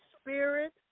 spirit